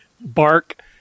bark